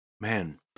Man